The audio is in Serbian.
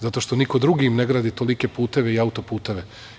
Zato što niko drugi im ne gradi tolike puteve i auto-puteve.